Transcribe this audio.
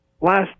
last